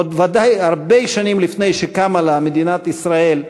עוד בוודאי הרבה שנים לפי שקמה לה מדינת ישראל,